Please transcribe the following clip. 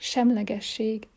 Semlegesség